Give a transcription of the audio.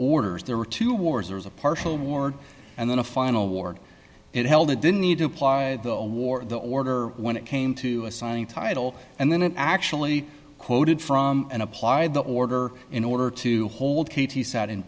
orders there were two wars there was a partial war and then a final ward it held it didn't need to apply the war the order when it came to assigning title and then it actually quoted from and applied the order in order to hold katie sat in